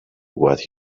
what